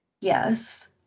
Yes